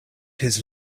his